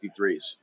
53s